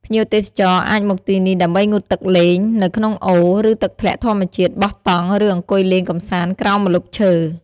ភ្ញៀវទេសចរអាចមកទីនេះដើម្បីងូតទឹកលេង នៅក្នុងអូរ ឬទឹកធ្លាក់ធម្មជាតិ បោះតង់ ឬអង្គុយលេងកម្សាន្តក្រោមម្លប់ឈើ។